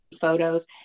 photos